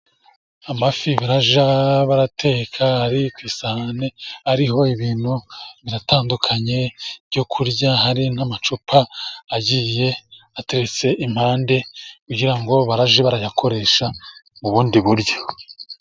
Amafi bazajya bateka ari ku isahane ariho ibintu biratandukanye byo kurya, hari n'amacupa agiye ateretse impande, kugira ngo bajye bayakoresha mu bundi buryo.